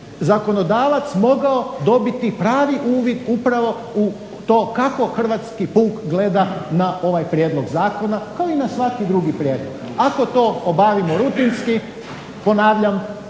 zakonodavac mogao dobiti pravi uvid upravo u to kako hrvatski puk gleda na ovaj prijedlog zakona kao i na svaki drugi prijedlog. Ako to obavimo rutinski, ponavljam